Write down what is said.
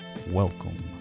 Welcome